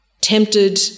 tempted